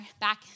back